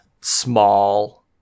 small